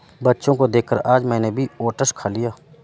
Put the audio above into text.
बच्चों को देखकर आज मैंने भी ओट्स खा लिया